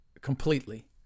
completely